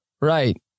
Right